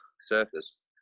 surface